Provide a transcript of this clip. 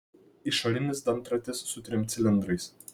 išorinis dantratis su trim cilindrais